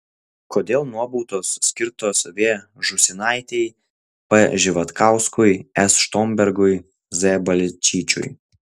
kodėl nuobaudos skirtos v žūsinaitei p živatkauskui s štombergui z balčyčiui